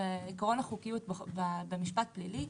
בעיקרון החוקיים במשפט פלילי,